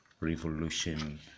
Revolution